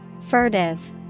Furtive